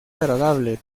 agradable